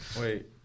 Wait